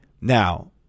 Now